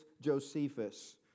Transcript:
Josephus